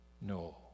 no